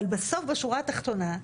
אבל בסוף בשורה התחתונה,